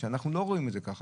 כי לא נחזור לדיון שכבר עשינו.